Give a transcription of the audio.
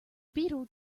beetle